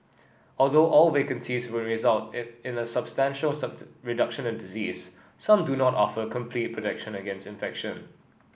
although all vaccines may result in in a substantial reduction in disease some do not offer complete protection against infection